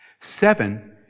Seven